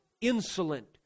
insolent